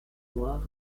noire